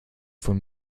von